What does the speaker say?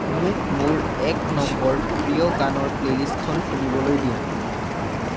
মোক মোৰ এক নম্বৰ প্ৰিয় গানৰ প্লে'লিষ্টখন শুনিবলৈ দিয়া